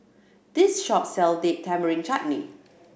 this shop sell Date Tamarind Chutney